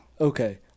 Okay